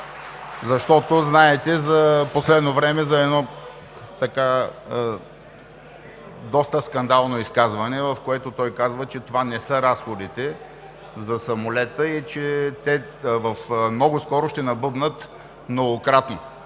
защото, знаете, в последно време за едно доста скандално изказване, в което той казва, че това не са разходите за самолета и че те много скоро ще набъбнат многократно.